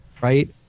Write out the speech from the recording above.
Right